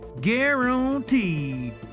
guaranteed